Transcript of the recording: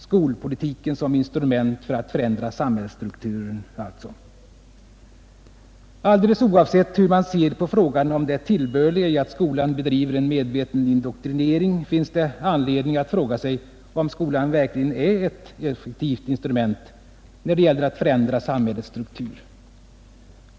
Skolpolitiken som instrument för att förändra samhällsstrukturen alltså. Alldeles oavsett hur man ser på frågan om det tillbörliga i att skolan bedriver en medveten indoktrinering finns det anledning att fråga sig, om skolan verkligen är ett effektivt instrument när det gäller att förändra samhällets struktur.